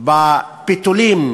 בפיתולים